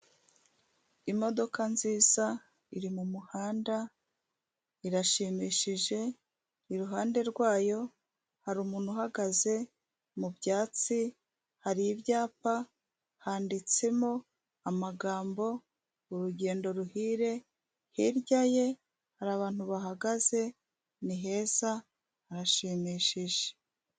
Imodoka nziza iri mumuhanda irashimishije iruhande rwayo hari umuntu uhagaze mu byatsi, hari ibyapa handitsemo amagambo urugendo ruhire, hirya ye hari abantu bahagaze ni heza harashimishije.